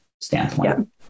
standpoint